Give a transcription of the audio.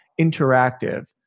interactive